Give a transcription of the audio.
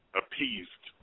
appeased